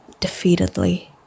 defeatedly